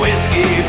Whiskey